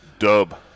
Dub